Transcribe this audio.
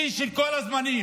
שיא של כל הזמנים.